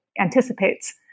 anticipates